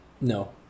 No